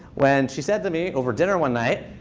when she said to me over dinner one night,